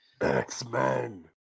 X-Men